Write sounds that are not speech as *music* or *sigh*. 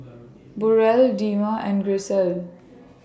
*noise* Burrell Dema and Grisel